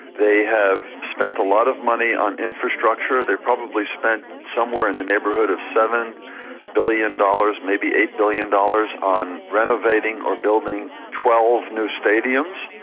they have spent a lot of money on infrastructure. they have probably spent somewhere in the neighbourhood of seven billion dollars, maybe eight billion dollars on renovating or building twelve new stadiums.